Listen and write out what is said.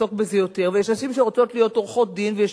לעסוק בזה יותר ויש נשים שרוצות להיות עורכות-דין ויש